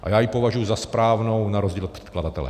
A já ji považuji za správnou na rozdíl od předkladatele.